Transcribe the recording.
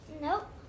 Nope